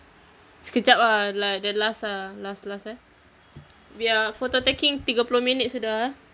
sekejap ah like the last ah last last eh we are photo taking tiga puluh minit sudah eh